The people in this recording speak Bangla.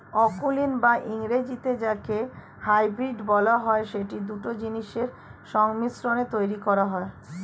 অকুলীন বা ইংরেজিতে যাকে হাইব্রিড বলা হয়, সেটি দুটো জিনিসের সংমিশ্রণে তৈরী করা হয়